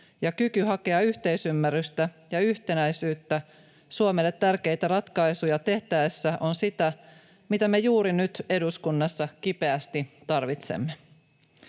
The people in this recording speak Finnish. ja kyky hakea yhteisymmärrystä ja yhtenäisyyttä Suomelle tärkeitä ratkaisuja tehtäessä on sitä, mitä me juuri nyt eduskunnassa kipeästi tarvitsemme.